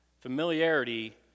Familiarity